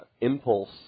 impulse